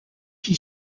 qui